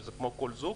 שזה כמו כל זוג,